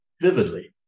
Vividly